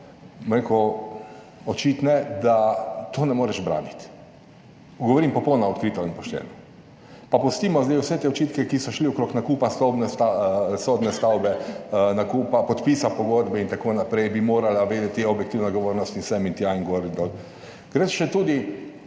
rekel, očitne, da to ne moreš braniti. Govorim popolnoma odkrito in pošteno. Pa pustimo zdaj vse te očitke, ki so šli okrog nakupa stavbne sodne stavbe, nakupa, podpisa pogodbe, itn., bi morala vedeti objektivna odgovornost in sem in tja in gor in dol. Gre še tudi,